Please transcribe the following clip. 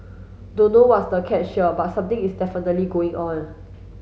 don't know what's the catch here but something is definitely going on